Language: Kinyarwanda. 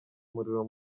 umuriro